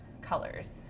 colors